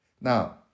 Now